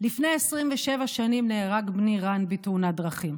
לפני 27 שנים נהרג בני רן בתאונת דרכים,